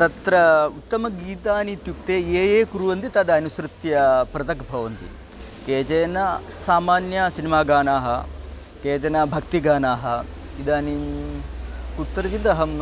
तत्र उत्तमगीतानि इत्युक्ते ये ये कुर्वन्ति तदनुसृत्य पृथक् भवन्ति केचन सामान्यसिनिमागानानि केचन भक्तिगानानि इदानीं कुत्रचित् अहं